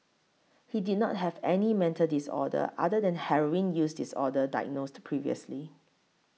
he did not have any mental disorder other than Heroin use disorder diagnosed previously